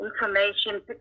information